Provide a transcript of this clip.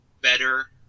better